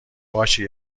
باشه